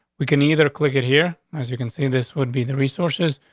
we can either click it here. as you can see, this would be the resources.